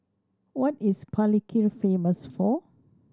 what is Palikir famous for